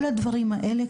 כל הדברים האלה,